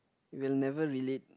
will never relate